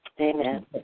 Amen